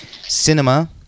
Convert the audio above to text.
Cinema